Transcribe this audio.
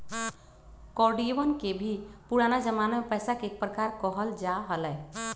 कौडियवन के भी पुराना जमाना में पैसा के एक प्रकार कहल जा हलय